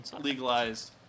legalized